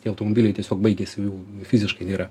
tie automobiliai tiesiog baigėsi jų fiziškai yra